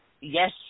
yes